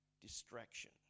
distraction